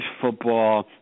football